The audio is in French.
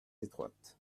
étroites